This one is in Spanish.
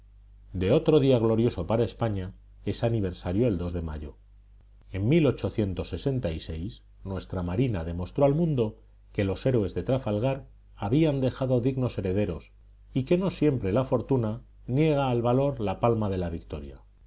de otro día glorioso para españa es aniversario el de mayo en nuestra marina demostró al mundo que los héroes de trafalgar habían dejado dignos herederos y que no siempre la fortuna niega al valor la palma de la victoria